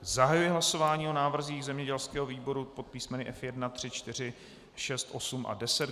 Zahajuji hlasování o návrzích zemědělského výboru pod písmeny F1, 3, 4, 6, 7 a 10.